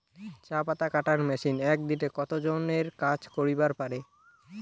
চা পাতা কাটার মেশিন এক দিনে কতজন এর কাজ করিবার পারে?